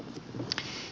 hyvä